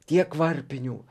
tiek varpinių